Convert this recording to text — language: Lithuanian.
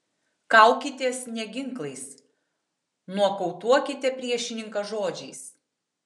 kaukitės ne ginklais nokautuokite priešininką žodžiais